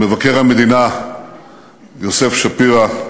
מבקר המדינה יוסף שפירא,